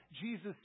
Jesus